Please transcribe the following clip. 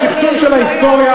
השכתוב של ההיסטוריה,